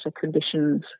conditions